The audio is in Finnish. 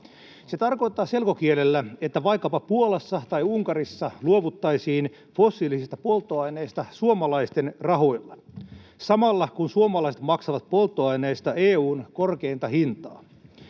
Se tarkoittaa selkokielellä, että vaikkapa Puolassa tai Unkarissa luovuttaisiin fossiilisista polttoaineista suomalaisten rahoilla, samalla kun suomalaiset maksavat polttoaineista EU:n korkeinta hintaa.